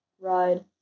ride